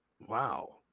Wow